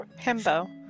Hembo